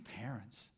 parents